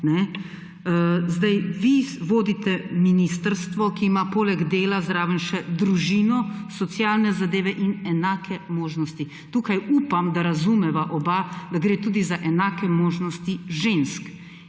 biti. Vi vodite ministrstvo, ki ima poleg dela zraven še družino, socialne zadeve in enake možnosti. Tukaj upam, da razumeva oba, da gre tudi za enake možnosti žensk.